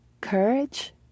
courage